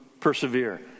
persevere